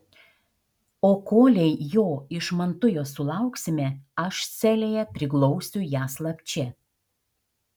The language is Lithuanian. o kolei jo iš mantujos sulauksime aš celėje priglausiu ją slapčia